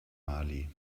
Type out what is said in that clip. mali